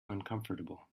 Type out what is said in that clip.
uncomfortable